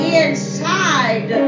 inside